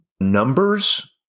numbers